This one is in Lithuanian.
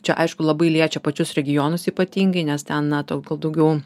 čia aišku labai liečia pačius regionus ypatingai nes ten na to daugiau